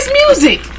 music